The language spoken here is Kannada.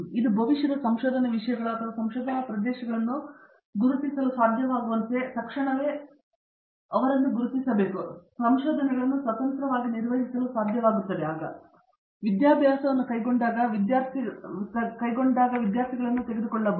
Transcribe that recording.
ಇದು ಭವಿಷ್ಯದ ಸಂಶೋಧನೆ ವಿಷಯಗಳ ಅಥವಾ ಸಂಶೋಧನಾ ಪ್ರದೇಶಗಳನ್ನು ಗುರುತಿಸಲು ಸಾಧ್ಯವಾಗುವಂತೆ ತಕ್ಷಣವೇ ಅವರನ್ನು ಗುರುತಿಸುತ್ತದೆ ಮತ್ತು ನಂತರ ಸಂಶೋಧನೆಗಳನ್ನು ಸ್ವತಂತ್ರವಾಗಿ ನಿರ್ವಹಿಸಲು ಸಾಧ್ಯವಾಗುತ್ತದೆ ಆದ್ದರಿಂದ ನಾವು ವಿದ್ಯಾಭ್ಯಾಸವನ್ನು ಕೈಗೊಂಡಾಗ ವಿದ್ಯಾರ್ಥಿಗಳು ತೆಗೆದುಕೊಳ್ಳಬಹುದು